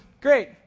great